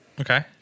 Okay